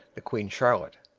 the queen charlotte.